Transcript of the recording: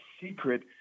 secret